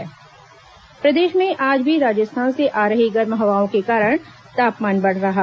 मौसम प्रदेश में आज भी राजस्थान से आ रही गर्म हवाओं के कारण तापमान बढ़ा रहा